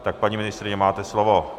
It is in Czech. Tak paní ministryně, máte slovo.